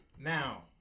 Now